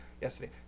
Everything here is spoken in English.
yesterday